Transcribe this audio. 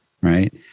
Right